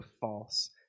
false